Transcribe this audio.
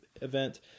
event